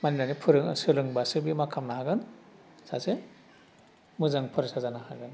मानिनानै फोरो सोलोंबासो बे मा खालामनो हागोन सासे मोजां फरायसा जानो हागोन